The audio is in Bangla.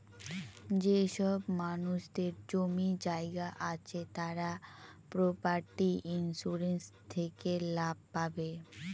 যেসব মানুষদের জমি জায়গা আছে তারা প্রপার্টি ইন্সুরেন্স থেকে লাভ পাবে